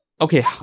okay